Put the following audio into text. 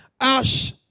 Ash